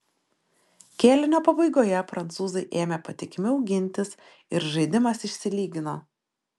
kėlinio pabaigoje prancūzai ėmė patikimiau gintis ir žaidimas išsilygino